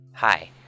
Hi